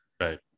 Right